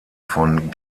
von